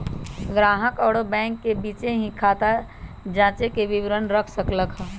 ग्राहक अउर बैंक के बीचे ही खाता जांचे के विवरण रख सक ल ह